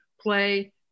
play